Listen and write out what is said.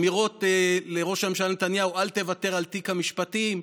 אמירות לראש הממשלה נתניהו: אל תוותר על תיק המשפטים,